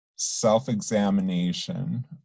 self-examination